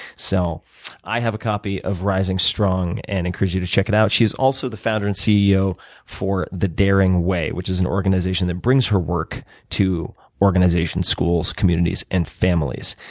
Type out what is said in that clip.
so i have a copy of rising strong and encourage you to check it out. she is also the founder and ceo for the daring way, which is an organization that brings her work to organizations, schools, communities, and families.